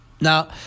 Now